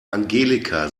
angelika